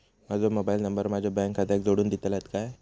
माजो mobile number माझ्या bank खात्याक जोडून दितल्यात काय?